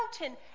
mountain